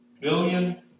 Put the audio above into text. billion